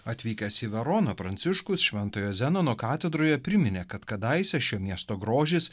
atvykęs į veroną pranciškus šventojo zenono katedroje priminė kad kadaise šio miesto grožis